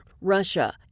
Russia